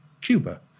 Cuba